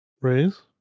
Raise